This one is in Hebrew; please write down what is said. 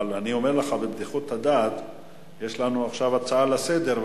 אבל אני אומר לך בבדיחות הדעת: יש לנו עכשיו הצעה לסדר-היום,